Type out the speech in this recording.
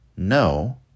No